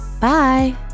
Bye